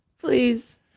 Please